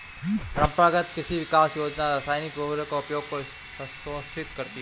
परम्परागत कृषि विकास योजना रासायनिक उर्वरकों के उपयोग को हतोत्साहित करती है